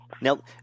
Now